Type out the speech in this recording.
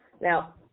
Now